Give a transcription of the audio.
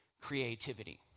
creativity